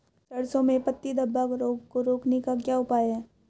सरसों में पत्ती धब्बा रोग को रोकने का क्या उपाय है?